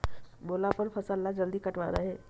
मोला अपन फसल ला जल्दी कटवाना हे?